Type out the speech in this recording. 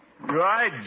Right